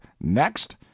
Next